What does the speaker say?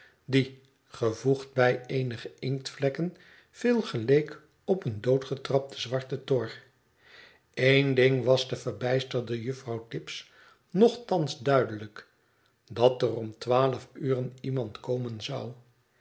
die gevoegd bij eenige inktvlekken veel geleek op een doodgetrapte zwarte tor een ding was de verbijsterde juffrouw tibbs nochtans duidelijk dat er om twaalf uren iemand komen zou